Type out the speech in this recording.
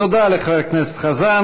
תודה לחבר הכנסת חזן.